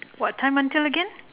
what time until again